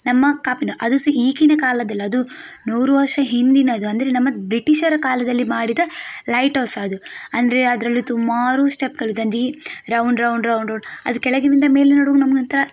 ನಮ್ಮ ಕಾಪಿನ ಅದು ಸಹ ಈಗಿನ ಕಾಲದ್ದಲ್ಲ ಅದು ನೂರು ವರ್ಷ ಹಿಂದಿನದು ಅಂದರೆ ನಮ್ಮ ಬ್ರಿಟಿಷರ ಕಾಲದಲ್ಲಿ ಮಾಡಿದ ಲೈಟ್ ಔಸ್ ಅದು ಅಂದರೆ ಅದರಲ್ಲಿ ಸುಮಾರು ಸ್ಟೆಪ್ಗಳಿದೆ ಅಂದರೆ ರೌಂಡ್ ರೌಂಡ್ ರೌಂಡ್ ರೌಂಡ್ ಅದು ಕೆಳಗಿನಿಂದ ಮೇಲೆ ನೋಡುವಾಗ ನಮಗೊಂಥರ